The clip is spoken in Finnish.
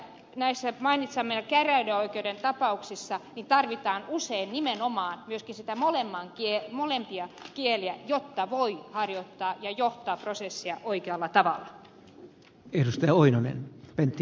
tietysti näissä mainitsemissanne käräjäoikeuden tapauksissa tarvitaan usein nimenomaan myöskin niitä molempia kieliä jotta voi harjoittaa ja johtaa prosessia oikealla tavalla